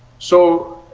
so